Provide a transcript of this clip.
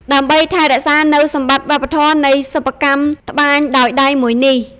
ដើម្បីថែរក្សានូវសម្បត្តិវប្បធម៏នៃសិប្បកម្មត្បាញដោយដៃមួយនេះ។